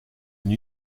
une